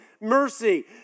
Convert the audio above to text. mercy